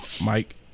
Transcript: Mike